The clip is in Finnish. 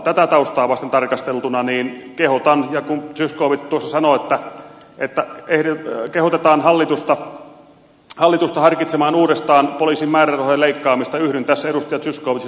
tätä taustaa vasten tarkasteltuna kun zyskowicz tuossa sanoi että kehotetaan hallitusta harkitsemaan uudestaan poliisin määrärahojen leikkaamista yhdyn tässä edustaja zyskowiczin näkemykseen